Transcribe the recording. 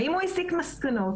האם הוא הסיק מסקנות,